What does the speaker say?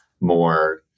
more